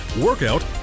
workout